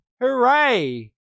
Hooray